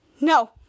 No